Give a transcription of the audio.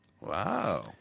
Wow